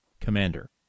Commander